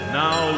now